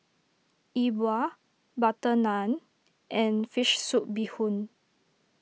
E Bua Butter Naan and Fish Soup Bee Hoon